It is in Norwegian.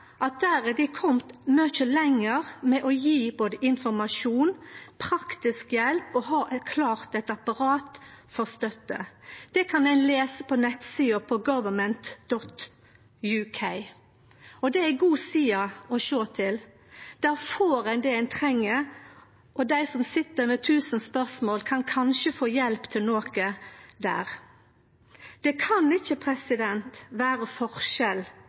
at dei der er komne mykje lenger med både å gje informasjon og praktisk hjelp og å ha klart eit apparat for støtte. Det kan eg lese på nettsida gov.uk. Det er ei god side å sjå til. Der får ein det ein treng, og dei som sit med tusen spørsmål, kan kanskje få hjelp til noko der. Det kan ikkje vere forskjell